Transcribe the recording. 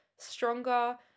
stronger